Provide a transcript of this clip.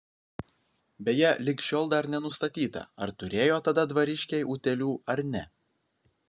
beje lig šiol dar nenustatyta ar turėjo tada dvariškiai utėlių ar ne